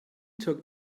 took